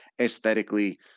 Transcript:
aesthetically –